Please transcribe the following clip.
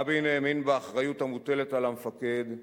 רבין האמין באחריות המוטלת על המפקד,